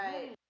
right